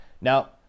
Now